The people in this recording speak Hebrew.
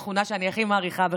זו התכונה שאני הכי מעריכה בך.